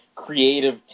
creative